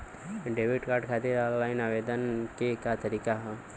Debit card खातिर online आवेदन के का तरीकि ह?